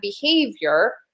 behavior